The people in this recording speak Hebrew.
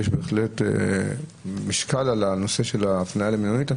יש בהחלט משקל על הנושא של ההפניה למלונית.